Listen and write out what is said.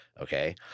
Okay